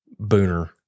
Booner